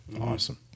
Awesome